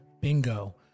Bingo